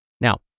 Now